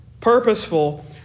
Purposeful